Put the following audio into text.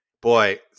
Boy